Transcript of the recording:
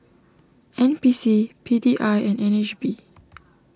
N P C P D I and N H B